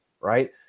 right